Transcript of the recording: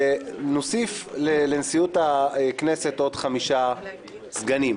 שנוסיף לנשיאות הכנסת עוד חמישה סגנים.